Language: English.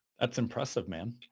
that's impressive, man.